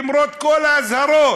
למרות כל האזהרות,